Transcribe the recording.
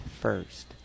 first